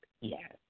yes